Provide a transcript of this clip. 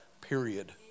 period